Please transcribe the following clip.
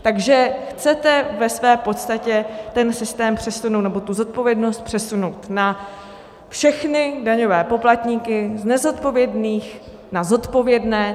Takže chcete v podstatě ten systém nebo tu zodpovědnost přesunout na všechny daňové poplatníky, z nezodpovědných na zodpovědné.